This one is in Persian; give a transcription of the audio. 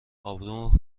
ابرو